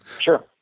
Sure